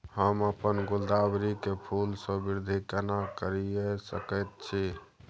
हम अपन गुलदाबरी के फूल सो वृद्धि केना करिये सकेत छी?